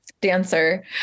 dancer